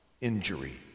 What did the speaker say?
injury